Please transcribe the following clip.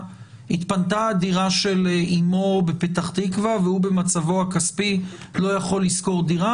התפנתה דירה של אמו בפתח תקווה והוא במצבו הכספי לא יכול לשכור דירה,